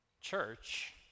Church